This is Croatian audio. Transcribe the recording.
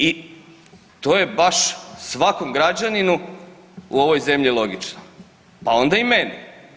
I to je baš svakom građaninu u ovoj zemlji logično pa onda i meni.